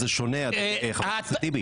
זה שונה, חבר הכנסת טיבי.